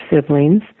siblings